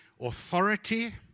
authority